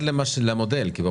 הגדרת ש --- אנחנו מתחילים מנקודה,